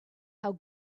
how